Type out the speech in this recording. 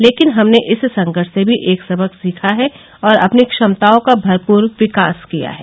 लेकिन हमने इस संकट से भी एक सबक भी सीखा है और अपनी क्षमताओं का भरपूर विकास किया है